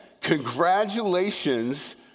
congratulations